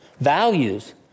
Values